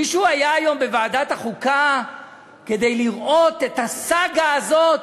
מישהו היה היום בוועדת החוקה כדי לראות את הסאגה הזאת?